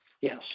Yes